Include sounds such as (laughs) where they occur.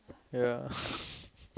ya (laughs)